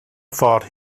ffordd